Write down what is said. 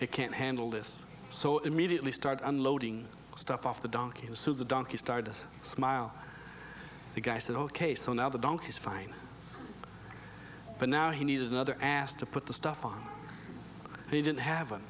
it can't handle this so immediately start unloading stuff off the donkey uses the donkey started to smile the guy said ok so now the donkey is fine but now he needed another ass to put the stuff on he didn't have